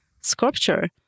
sculpture